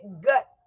gut